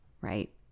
right